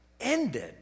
ended